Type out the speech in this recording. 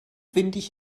windig